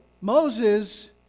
Moses